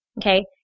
Okay